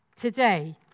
Today